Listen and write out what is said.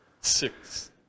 six